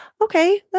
okay